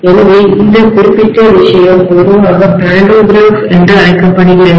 எனவே இந்த குறிப்பிட்ட விஷயம் பொதுவாக பாண்டோகிராஃப் என்று அழைக்கப்படுகிறது